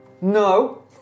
No